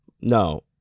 No